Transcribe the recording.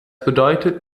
bedeutet